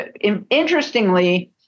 Interestingly